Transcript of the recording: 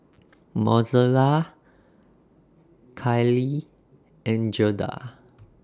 Mozella Kylie and Gerda